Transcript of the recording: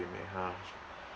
may have